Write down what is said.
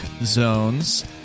Zones